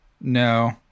no